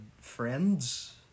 Friends